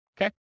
Okay